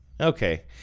Okay